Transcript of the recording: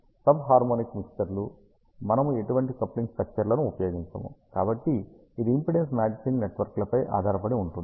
sub harmonic మిక్సర్లు మనము ఎటువంటి కప్లింగ్ స్టక్చర్లను ఉపయోగించము కాబట్టి ఇది ఇంపి డెన్స్ మ్యాచింగ్ నెట్వర్క్లపై ఆధారపడి ఉంటుంది